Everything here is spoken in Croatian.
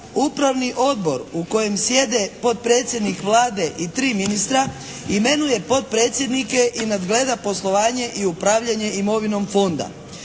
Upravni odbor u kojem sjede potpredsjednik Vlade i 3 ministra imenuje potpredsjednike i nadgleda poslovanje i upravljanje imovinom Fonda.